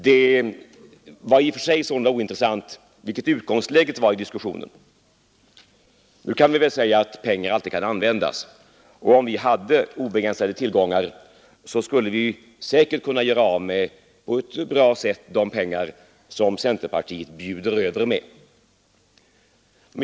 Det var således i och för sig ointressant vilket utgångsläget var i diskussionen. Nu kan väl pengar alltid användas, och om vi hade obegränsade tillgångar skulle vi säkert på ett bra sätt kunna disponera de medel som centerpartiet bjuder över med.